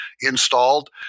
installed